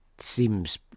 Seems